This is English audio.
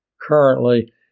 Currently